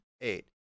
eight